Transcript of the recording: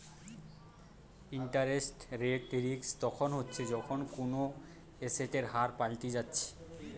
interest rate risk তখন হচ্ছে যখন কুনো এসেটের হার পাল্টি যাচ্ছে